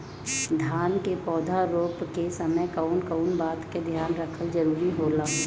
धान के पौधा रोप के समय कउन कउन बात के ध्यान रखल जरूरी होला?